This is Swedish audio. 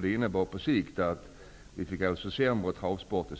Det innebar på sikt att vi fick en sämre travsport i